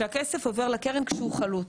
זה שהכסף עובר לקרן כשהוא חלוט,